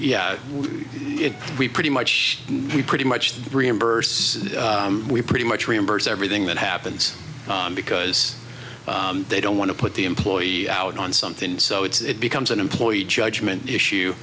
yeah we pretty much we pretty much the reimburse we pretty much reimburse everything that happens on because they don't want to put the employee out on something and so it's it becomes an employee judgment issue